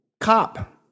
cop